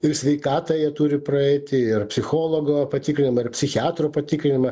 ir sveikatą jie turi praeiti ir psichologo patikrinamą ir psichiatro patikrinimą